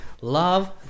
love